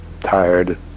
tired